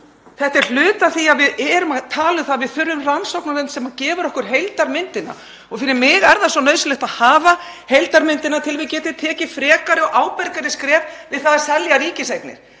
Þetta er hluti af því sem við erum að tala um, að við þurfum rannsóknarnefnd sem gefur okkur heildarmyndina. Fyrir mig er svo nauðsynlegt að hafa heildarmyndina svo að við getum tekið frekari og ábyrgari skref við að selja ríkiseignir